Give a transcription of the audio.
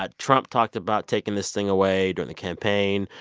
but trump talked about taking this thing away during the campaign.